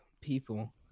people